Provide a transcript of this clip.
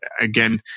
again